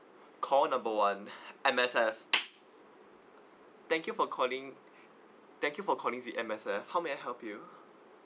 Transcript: call number one M_S_F thank you for calling thank you for calling the M_S_F how may I help you